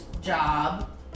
job